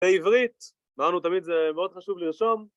בעברית אמרנו תמיד זה מאוד חשוב לרשום